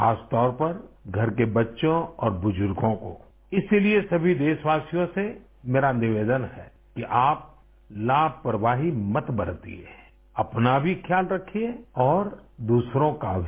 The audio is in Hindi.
खासतौर पर घर के बच्चों और बुजुर्गों को इसीलिए सभी देशवासियों से मेरा निवेदन है कि आप लापरवाही मत बरतिये अपना भी ख्याल रखिए और दूसरों का भी